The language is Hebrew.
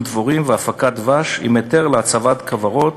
דבורים והפקת דבש עם היתר להצבת כוורות